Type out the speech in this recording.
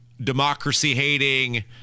democracy-hating